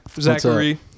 Zachary